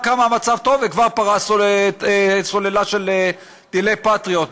נאם כמה המצב טוב וכבר פרס לו סוללה של טילי פטריוט,